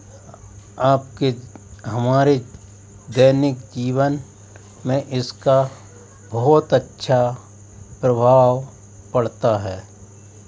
आपके हमारे दैनिक जीवन में इसका बहुत अच्छा प्रभाव पड़ता है